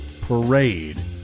Parade